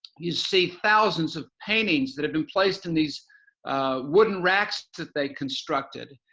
you see thousands of paintings that have been placed in these wooden racks that they constructed.